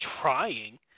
trying